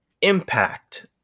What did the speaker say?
impact